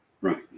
Right